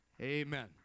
Amen